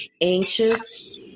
anxious